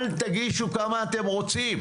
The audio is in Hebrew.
אל תגישו כמה אתם רוצים